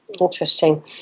Interesting